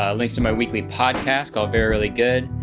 um links to my weekly podcast called, very really good.